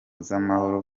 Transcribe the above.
z’amahoro